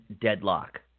deadlock